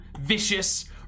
vicious